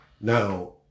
Now